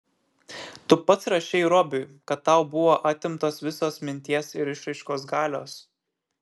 tu pats rašei robiui kad tau buvo atimtos visos minties ir išraiškos galios